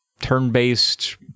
turn-based